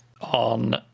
on